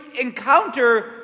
encounter